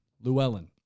Llewellyn